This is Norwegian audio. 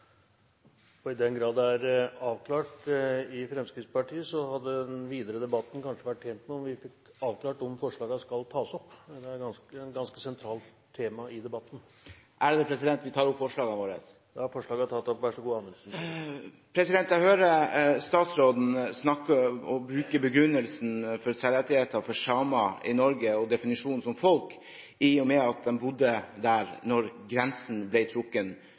Amundsen. I den grad det er avklart i Fremskrittspartiet, hadde den videre debatten kanskje vært tjent med om vi fikk avklart om forslagene skal tas opp – det er et ganske sentralt tema i debatten. Jeg tar hermed opp forslagene våre. Representanten Per-Willy Amundsen har tatt opp de forslagene han refererte til. Jeg hører statsråden begrunne særrettigheter for samer i Norge og definisjonen som folkegruppe med at de bodde der